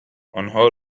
آنها